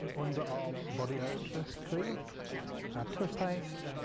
underarm body odour cream our tooth paste